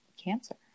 cancer